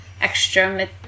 extra